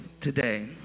today